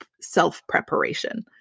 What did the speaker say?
self-preparation